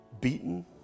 beaten